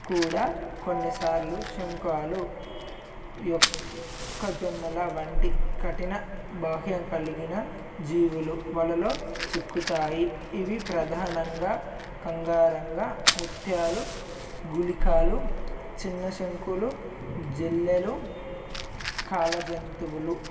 కూడా కొన్నిసార్లు శంఖలు యొక్క జొన్నల వంటి కఠిన బాహ్యం కలిగిన జీవులు వలలో చెక్కుతాయి ఇవి ప్రధానంగా కంగారంగా ముత్యాలు గులికలు చిన్న శంఖులు జల్లెలు కాల జంతువులు